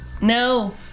No